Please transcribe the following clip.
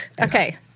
Okay